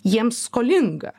jiems skolinga